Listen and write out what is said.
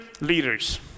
leaders